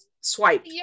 swipe